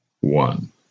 One